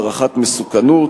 הערכת מסוכנות,